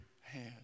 hand